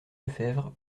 lefebvre